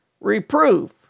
reproof